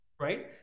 right